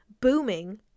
booming